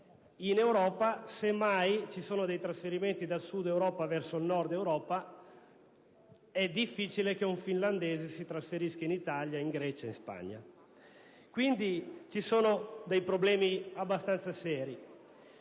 in Europa semmai ci sono dei trasferimenti dal Sud Europa verso il Nord Europa: è difficile che un finlandese si trasferisca in Italia, in Grecia o in Spagna. Ci sono quindi dei problemi abbastanza seri,